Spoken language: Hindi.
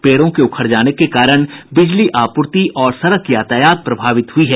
पेड़ों के उखड़ जाने के कारण बिजली आपूर्ति और सड़क यातायात व्यवस्था प्रभावित हुई है